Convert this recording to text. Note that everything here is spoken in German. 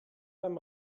beim